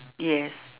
yes